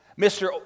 Mr